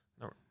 No